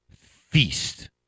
feast